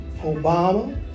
Obama